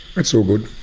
it's all good.